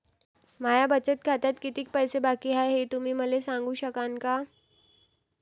माया बचत खात्यात कितीक पैसे बाकी हाय, हे तुम्ही मले सांगू सकानं का?